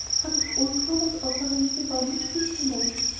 but of all clover's offerings the one which pleased her most,